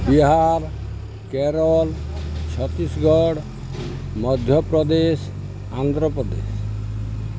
Bihar Kerala Chhattisgarh Madhya Pradesh Andhra Pradesh